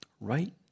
right